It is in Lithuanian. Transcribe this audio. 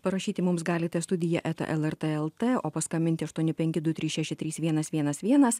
parašyti mums galite studija eta lrt lt o paskambinti aštuoni penki du trys šeši trys vienas vienas vienas